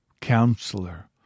Counselor